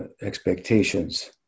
expectations